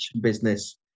business